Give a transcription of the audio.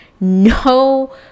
no